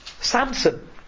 Samson